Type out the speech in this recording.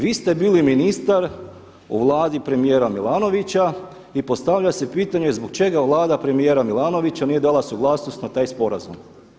Vi ste bili ministar u vladi premijera Milanovića i postavlja se pitanje zbog čega vlada premijera Milanovića nije dala suglasnost na taj sporazum?